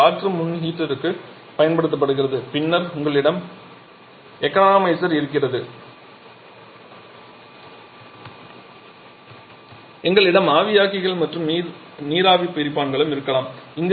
அது ஒரு காற்று முன் ஹீட்டருக்குப் பயன்படுத்தப்படுகிறது பின்னர் உங்களிடம் எக்கானமைசர் இருக்கிறது எங்களிடம் ஆவியாக்கிகள் மற்றும் நீராவி பிரிப்பான்களும் இருக்கலாம்